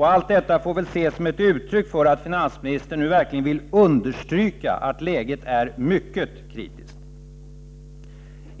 Allt detta får väl ses som ett uttryck för att finansministern nu verkligen vill understryka att läget är mycket kritiskt.